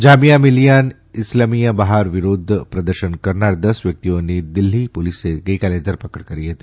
જામિયા મિલીયા ઇસ્લમિયા બહાર વિરોધ પ્રદર્શન કરનાર દસ વ્યકિતઓની દિલ્હી પોલીસે ગઇકાલે ધરપકડ કરી હતી